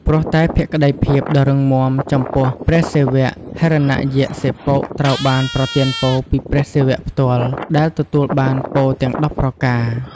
ព្រោះតែភក្តីភាពដ៏រឹងមាំចំពោះព្រះសិវៈ ហិរណយក្សសិបុត្រូវបានប្រទានពរពីព្រះសិវៈផ្ទាល់ដែលទទួលបានពរទាំង១០ប្រការ។